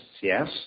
yes